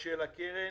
של הקרן,